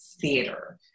theater